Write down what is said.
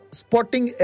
spotting